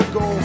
go